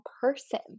person